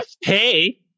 Hey